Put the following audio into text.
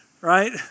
right